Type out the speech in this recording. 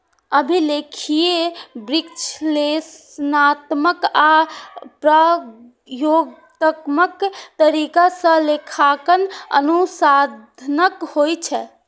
अभिलेखीय, विश्लेषणात्मक आ प्रयोगात्मक तरीका सं लेखांकन अनुसंधानक होइ छै